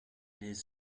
his